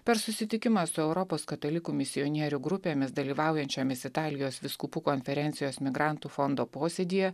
per susitikimą su europos katalikų misionierių grupėmis dalyvaujančiomis italijos vyskupų konferencijos migrantų fondo posėdyje